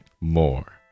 more